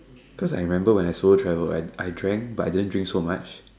cause I remember when I solo travel I I drank but I didn't drink so much